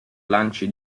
lanci